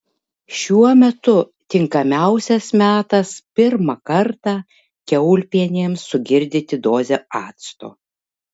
šiuo metu tinkamiausias metas pirmą kartą kiaulpienėms sugirdyti dozę acto